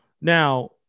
Now